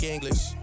English